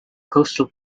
coastal